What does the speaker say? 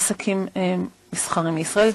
אדוני ראש ממשלת קנדה,